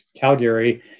Calgary